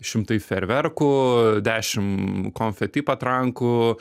šimtai fejerverkų dešim konfeti patrankų